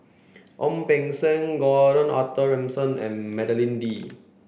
Ong Beng Seng Gordon Arthur Ransome and Madeleine Lee